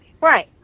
Right